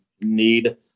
need